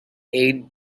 aid